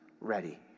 ready